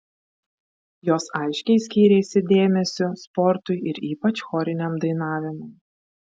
jos aiškiai skyrėsi dėmesiu sportui ir ypač choriniam dainavimui